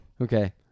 okay